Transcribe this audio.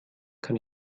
kann